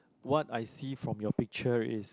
what I see from your picture is